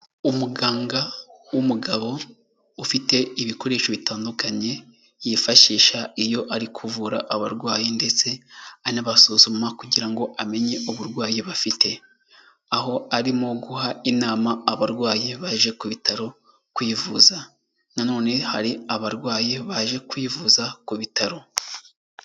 Umuganga w'umugabo ufite ibikoresho bitandukanye yifashisha iyo ari kuvura abarwayi ndetse anabasuzuma kugira ngo amenye uburwayi bafite. Aho arimo guha inama abarwayi baje ku bitaro kwivuza, nanone hari abarwaye baje kwivuza ku bitaro.